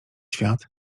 świat